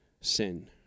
sin